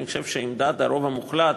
אני חושב שעמדת הרוב המוחלט,